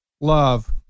love